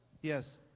Yes